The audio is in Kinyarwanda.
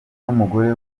n’umugore